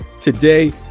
today